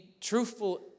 truthful